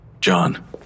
John